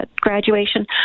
graduation